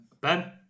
Ben